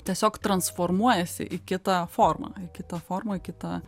tiesiog transformuojasi į kitą formą į kitą formą į kitą